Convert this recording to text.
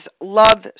Love